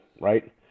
right